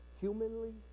humanly